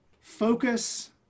focus